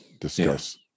discuss